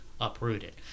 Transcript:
uprooted